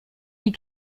die